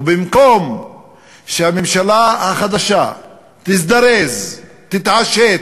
ובמקום שהממשלה החדשה תזדרז, תתעשת